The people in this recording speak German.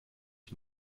ich